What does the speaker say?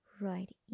right